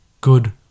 Good